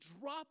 drop